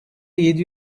yedi